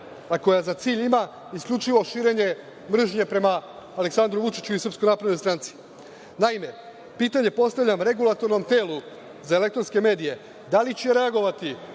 a koja za cilj ima isključivo širenje mržnje prema Aleksandru Vučiću i SNS.Naime, pitanje postavljam Regulatornom telu za elektronskom medije, da li će reagovati